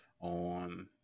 on